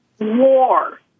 war